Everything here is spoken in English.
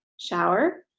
shower